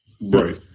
Right